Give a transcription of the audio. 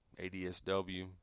ADSW